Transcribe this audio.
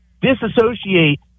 disassociate